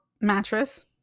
mattress